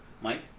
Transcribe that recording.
Mike